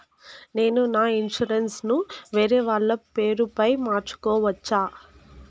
నేను నా ఇన్సూరెన్సు ను వేరేవాళ్ల పేరుపై మార్సుకోవచ్చా?